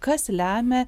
kas lemia